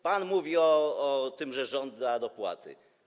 Pan mówi o tym, że rząd da dopłaty.